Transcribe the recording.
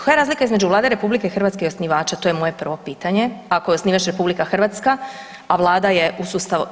Koja je razlika između Vlade RH i osnivača, to je moje prvo pitanje ako je osnivač RH, a Vlada je u sustavu.